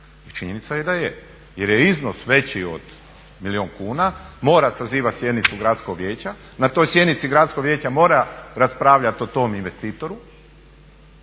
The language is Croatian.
činjenica je da je, jer je iznos veći od milijun kuna, mora sazivati sjednicu Gradskog vijeća. Na toj sjednici Gradskog vijeća mora raspravljati o tom investitoru,